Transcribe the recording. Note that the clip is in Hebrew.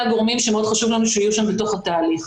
הגורמים שמאוד חשוב לנו שיהיו שם בתוך התהליך.